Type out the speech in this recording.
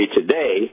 today